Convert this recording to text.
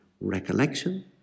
recollection